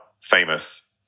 famous